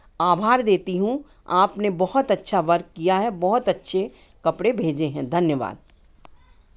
आभार देती हूँ आपने बहुत अच्छा वर्क किया है बहुत अच्छे कपड़े भेजे हैं धन्यवाद